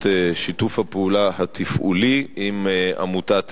שיתוף הפעולה התפעולי עם עמותת אלע"ד.